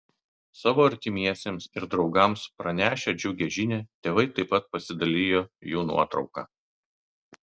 savo artimiesiems ir draugams pranešę džiugią žinią tėvai taip pat pasidalijo jų nuotrauka